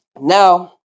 now